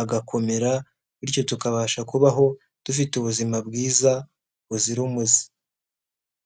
agakomera, bityo tukabasha kubaho dufite ubuzima bwiza buzira umuze.